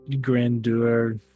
grandeur